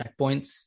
checkpoints